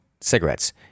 cigarettes